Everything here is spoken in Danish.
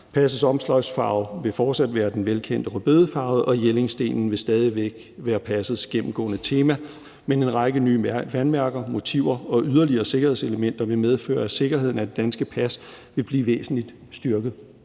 Passets omslagsfarve vil fortsat være den velkendte rødbedefarvede, og Jellingstenen vil stadig væk være passets gennemgående tema. Men en række nye vandværker, motiver og yderligere sikkerhedselementer vil medføre, at sikkerheden af det danske pas vil blive væsentligt styrket.